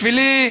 בשבילי,